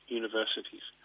universities